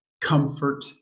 comfort